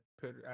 put